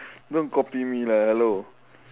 don't copy me lah hello